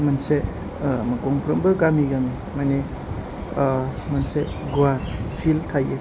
गंफ्रोमबो गामि गामि मानि मोनसे गुवार फिल थायो